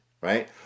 right